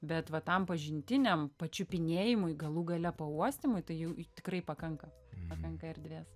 bet va tam pažintiniam pačiupinėjimui galų gale pauostymui tai jų tikrai pakanka pakanka erdvės